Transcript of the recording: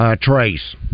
Trace